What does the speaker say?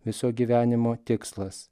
viso gyvenimo tikslas